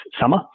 summer